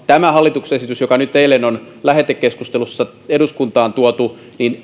tämä hallituksen esitys joka nyt eilen on lähetekeskustelussa eduskuntaan tuotu